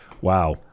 wow